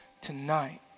tonight